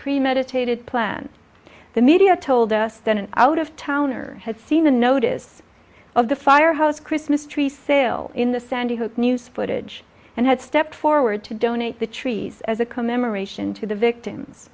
premeditated planned the media told us that an out of towner had seen the notice of the firehouse christmas tree sale in the sandy hook news footage and had stepped forward to donate the trees as a commemoration to the victims